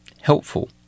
helpful